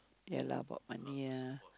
ya lah about money lah